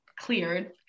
cleared